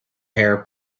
hair